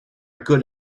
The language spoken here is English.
good